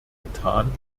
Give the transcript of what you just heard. getan